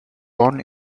born